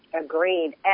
Agreed